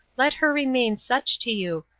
let her remain such to you,